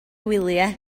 wyliau